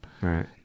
Right